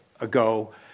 ago